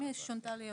אם יהיה, שונטל.